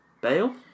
Bale